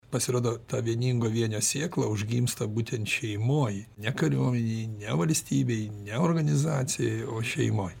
pasirodo ta vieningo vienio sėkla užgimsta būtent šeimoj ne kariuomenėj ne valstybėj ne organizacijoj o šeimoj